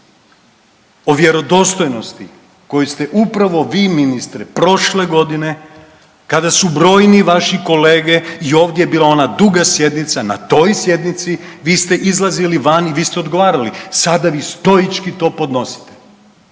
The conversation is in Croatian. o vjerodostojnosti koju ste upravo vi ministre prošle godine kada su brojni vaši kolege i ovdje je bila ona duga sjednica na toj sjednici vi ste izlazili vani, vi ste odgovarali, sada vi stoički to podnosite.